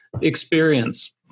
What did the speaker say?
experience